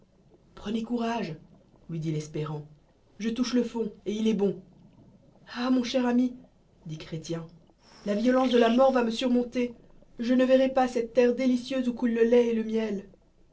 prenez lui dit l'espérant je il cbe le fond et il est bon ah mon cher ami dit chrétien la violence de la mort va me surmonter je ne yeflai pas cette terre où coule le lait et le miel